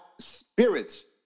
spirits